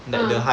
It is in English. uh